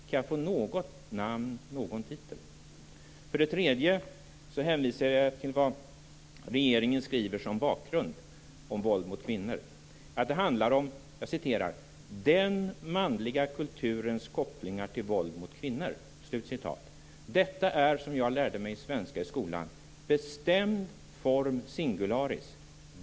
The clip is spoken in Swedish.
Kan jag få något namn och någon titel? För det tredje: Jag hänvisar till vad regeringen skriver i sin bakgrund om våld mot kvinnor. Jag citerar: "Den manliga kulturens kopplingar till våld mot kvinnor." Detta är, som jag lärde mig i svenska i skolan, bestämd form singularis.